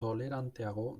toleranteago